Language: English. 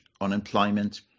unemployment